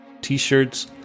t-shirts